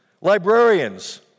librarians